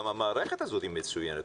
גם המערכת הזאת היא מצוינת,